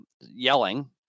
yelling